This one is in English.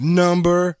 number